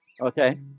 Okay